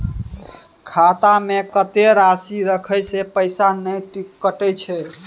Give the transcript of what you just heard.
खाता में कत्ते राशि रखे से पैसा ने कटै छै?